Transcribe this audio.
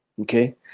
okay